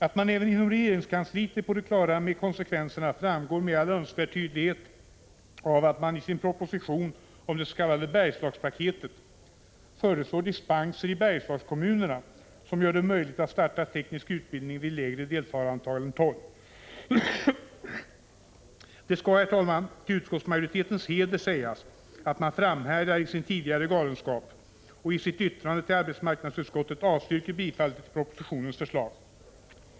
Att man även inom regeringskansliet är på det klara med konsekvenserna framgår med all önskvärd tydlighet av att man i sin proposition om det s.k. Bergslagspaketet föreslår dispenser i Bergslagskommunerna, som gör det möjligt att starta teknisk utbildning vid lägre deltagarantal än 12. Det skall, herr talman, till utskottsmajoritetens heder sägas, att man framhärdar i sin tidigare galenskap och i sitt yttrande till arbetsmarknadsutskottet avstyrker bifall till propositionens förslag.